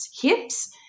hips